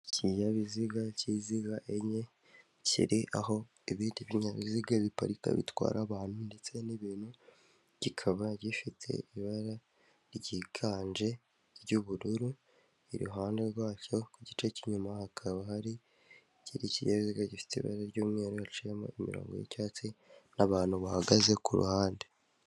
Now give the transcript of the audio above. Ikinyabiziga cy'inziga enye, kiri aho ibindi binyabiziga biparika bitwara abantu ndetse n'ibintu, kikaba gifite ibara ryiganje ry'ubururu, iruhande rwacyo ku gice cy'inyuma hakaba hari ikindi ikinyabiziga gifite ibara ry'umweru haciyemo imirongo y'icyatsi n'abantu bahagaze ku ruhande.